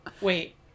wait